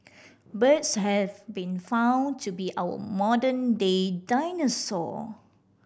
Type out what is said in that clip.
birds have been found to be our modern day dinosaur